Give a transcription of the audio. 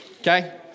Okay